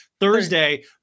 thursday